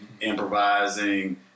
improvising